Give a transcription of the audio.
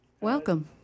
Welcome